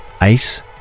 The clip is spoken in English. ice